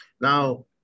Now